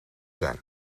zijn